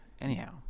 Anyhow